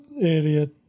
area